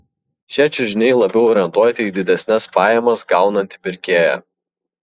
šie čiužiniai labiau orientuoti į didesnes pajamas gaunantį pirkėją